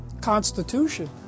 Constitution